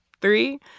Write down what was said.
three